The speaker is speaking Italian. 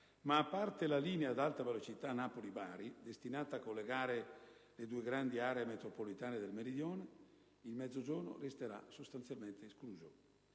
ma a parte la linea ad Alta velocità Napoli-Bari, destinata a collegare le due grandi aree metropolitane del Meridione, il Mezzogiorno resterà sostanzialmente escluso.